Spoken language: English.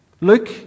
Luke